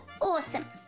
awesome